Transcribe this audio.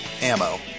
ammo